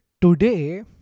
today